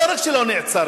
לא רק שהם לא נעצרים